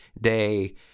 day